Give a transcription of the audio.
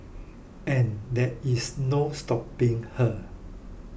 and there is no stopping her